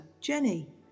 Jenny